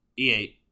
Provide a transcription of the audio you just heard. E8